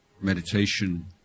meditation